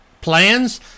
plans